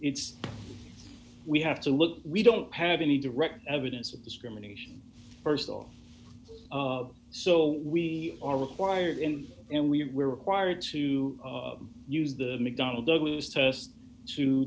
it's we have to look we don't have any direct evidence of discrimination st off so we are required in and we were required to use the mcdonnell douglas test to